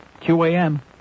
QAM